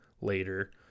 later